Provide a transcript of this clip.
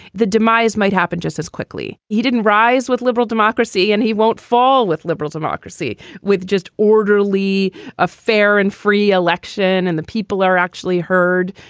the demise might happen just as quickly. he didn't rise with liberal democracy and he won't fall with liberal democracy with just orderly a fair and free election. and the people are actually heard.